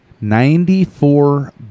Ninety-four